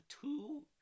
two